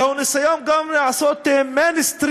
זהו גם ניסיון לעשות mainstreaming